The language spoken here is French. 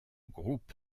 groupe